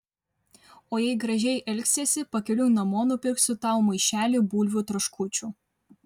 o jei gražiai elgsiesi pakeliui namo nupirksiu tau maišelį bulvių traškučių